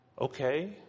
Okay